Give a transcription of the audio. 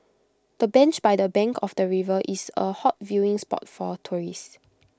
the bench by the bank of the river is A hot viewing spot for tourists